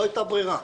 לא הייתה ברירה.